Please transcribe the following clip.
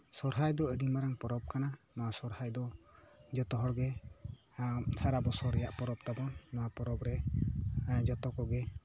ᱥᱚᱨᱦᱟᱭ ᱫᱚ ᱟᱹᱰᱤ ᱢᱟᱨᱟᱝ ᱯᱚᱨᱚᱵᱽ ᱠᱟᱱᱟ ᱱᱚᱣᱟ ᱥᱚᱨᱦᱟᱭ ᱫᱚ ᱡᱚᱛᱚ ᱦᱚᱲ ᱜᱮ ᱥᱟᱨᱟ ᱵᱚᱥᱚᱨ ᱨᱮᱭᱟᱜ ᱯᱚᱨᱚᱵᱽ ᱛᱟᱵᱚᱱ ᱱᱚᱣᱟ ᱯᱚᱨᱚᱵᱽ ᱨᱮ ᱦᱮᱸ ᱡᱚᱛᱚ ᱠᱚᱜᱮ